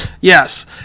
yes